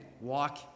walk